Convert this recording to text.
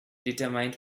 determined